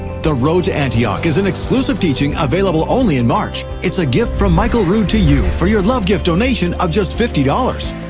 the road to antioch is an exclusive teaching available only in march. it's a gift from michael rood to you for your love gift donation of just fifty dollars.